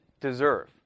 deserve